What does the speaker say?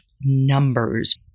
numbers